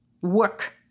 work